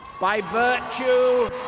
by virtue.